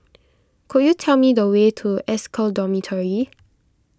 could you tell me the way to S Cal Dormitory